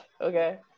okay